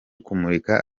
kumurika